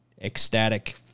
ecstatic